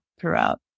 throughout